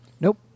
Nope